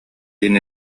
иһин